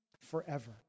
forever